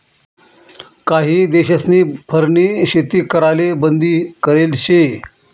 काही देशस्नी फरनी शेती कराले बंदी करेल शे